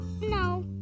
No